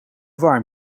warm